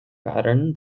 pattern